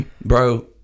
bro